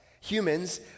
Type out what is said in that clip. Humans